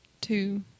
two